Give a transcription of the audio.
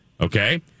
Okay